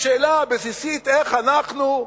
בשאלה הבסיסית, איך אנחנו,